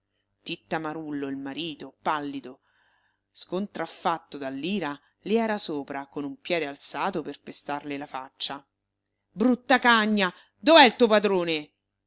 titta marullo il marito pallido scontraffatto dall'ira le era sopra con un piede alzato per pestarle la faccia brutta cagna dov'è il tuo padrone